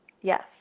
yes